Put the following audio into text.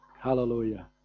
Hallelujah